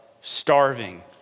starving